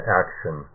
action